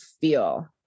feel